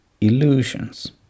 illusions